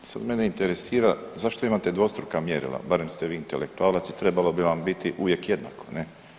Sad mene interesira zašto imate dvostruka mjerila, barem ste vi intelektualac i trebalo bi vam biti uvijek jednako, ne?